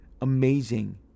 amazing